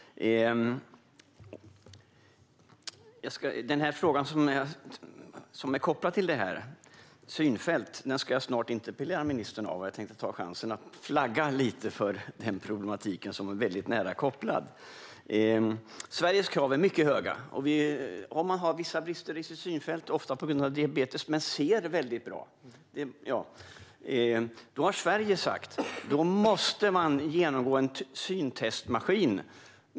Det finns en fråga som är kopplad till detta som handlar om synfält, och jag ska snart interpellera ministern om den. Jag tänkte ta chansen att flagga lite för den problematiken som är väldigt nära kopplad. Sveriges krav är mycket höga. Om man har vissa brister i sitt synfält, ofta på grund av diabetes, men ser väldigt bra har Sverige sagt att man måste genomgå test med en syntestmaskin.